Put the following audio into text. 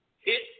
Hit